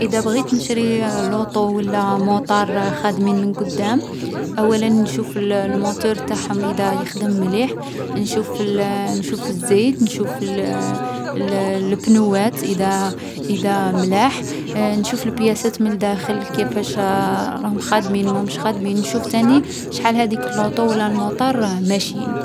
اذا بغيت نشري لوطو و لا موطار خادمين من قدام، أولا نشوف الـ الموتور نتاعهم اذا يخدم مليح. نشوف الـ نشوف الزيت. نشوف الـ الـ البنوات اذا اذا ملاح. نشوف البياسات من الداخل كيفاش راهم خادمين ماهمش خادمين. نشوف تاني شحال هاذيك اللوطو و لا الموطار ماشيين.